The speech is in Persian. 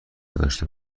داشته